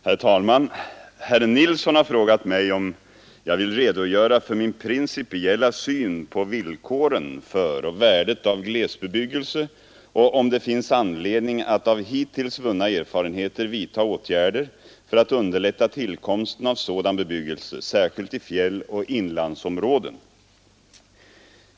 Herr talman! Herr Nilsson i Tvärålund har frågat mig om jag vill redogöra för min principiella syn på villkoren för och värdet av glesbebyggelse och om det finns anledning att av hittills vunna erfarenheter vidta åtgärder för att underlätta tillkomsten av sådan bebyggelse, särskilt i fjälloch inlandsområdena.